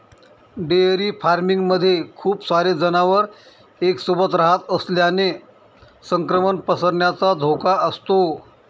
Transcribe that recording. dairy farming मध्ये खूप सारे जनावर एक सोबत रहात असल्याने संक्रमण पसरण्याचा धोका असतो